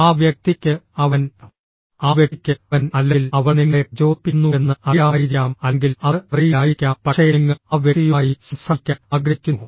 ആ വ്യക്തിക്ക് അവൻ ആ വ്യക്തിക്ക് അവൻ അല്ലെങ്കിൽ അവൾ നിങ്ങളെ പ്രചോദിപ്പിക്കുന്നുവെന്ന് അറിയാമായിരിക്കാം അല്ലെങ്കിൽ അത് അറിയില്ലായിരിക്കാം പക്ഷേ നിങ്ങൾ ആ വ്യക്തിയുമായി സംസാരിക്കാൻ ആഗ്രഹിക്കുന്നു